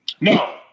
No